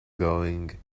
going